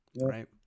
right